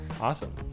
Awesome